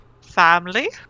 family